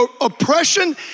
oppression